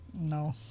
No